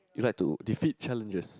you like to defeat challenges